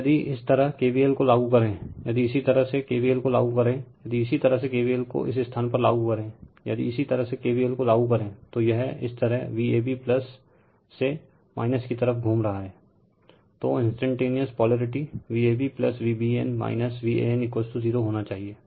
अब यदि इस तरह KVL को लागू करे यदि इसी तरह से KVL को लागू करे यदि इसी तरह से KVL को इस स्थान पर लागूकरे यदि इसी तरह से KVL को लागू करे तो यह इस तरह Vab रिफर टाइम 2244 से - की तरफ घूम रहा है तो इन्सटेनटेनिअस पोलारिटी VabVbn Van0 होना चाहिए